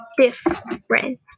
different